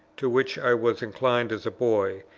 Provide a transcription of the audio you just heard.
to which i was inclined as a boy,